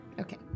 Okay